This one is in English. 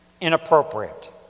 inappropriate